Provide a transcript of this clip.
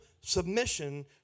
submission